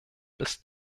bis